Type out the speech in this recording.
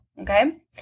Okay